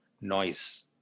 noise